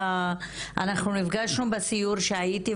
אנחנו נפגשנו בסיור שהייתי,